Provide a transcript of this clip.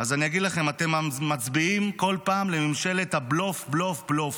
אני אגיד לכם: אתם מצביעים כל פעם לממשלת הבלוף בלוף בלוף.